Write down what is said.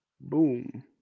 Boom